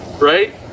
right